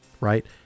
right